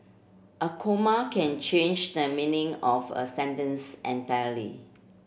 a comma can change the meaning of a sentence entirely